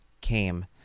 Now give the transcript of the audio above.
came